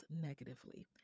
negatively